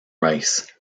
rice